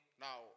Now